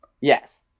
Yes